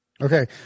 Okay